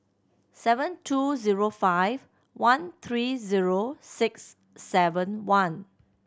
seven two zero five one three zero six seven one